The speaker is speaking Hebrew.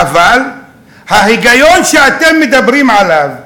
אבל ההיגיון שאתם מדברים עליו,